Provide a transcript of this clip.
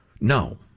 No